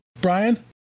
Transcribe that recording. Brian